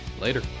later